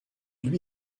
lui